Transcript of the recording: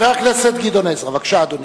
חבר הכנסת גדעון עזרא, בבקשה, אדוני.